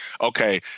okay